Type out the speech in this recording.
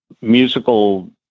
musical